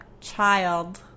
child